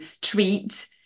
treat